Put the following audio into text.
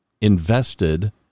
invested